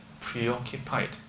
preoccupied